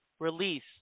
release